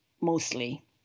mostly